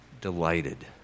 delighted